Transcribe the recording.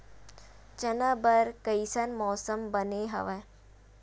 चना बर कइसन मौसम बने हवय?